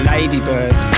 Ladybird